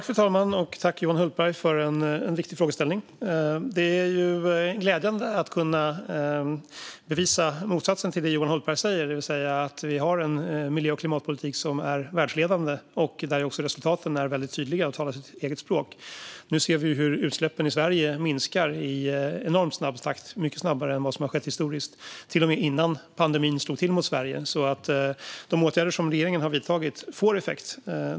Fru talman! Tack, Johan Hultberg, för en viktig frågeställning! Det är glädjande att kunna bevisa motsatsen till det Johan Hultberg säger. Vi har en miljö och klimatpolitik som är världsledande och där också resultaten talar sitt tydliga språk. Nu ser vi hur utsläppen i Sverige minskar i enormt snabb takt, mycket snabbare än vad som har skett historiskt till och med innan pandemin slog till mot Sverige. De åtgärder som regeringen har vidtagit får alltså effekt.